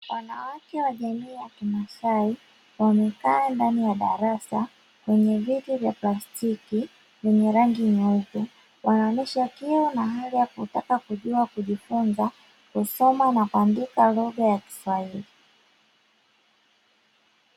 Wanawake wa jamii ya kimasai wamekaa ndani ya darasa kwenye viti vya plastiki vyenye rangi nyeupe wanaonyesha kiu na hali ya kutaka kujua kujifunza kusoma na kuandika lugha ya kiswahili.